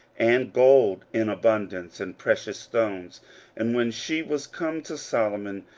and gold in abundance, and precious stones and when she was come to solomon,